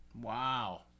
Wow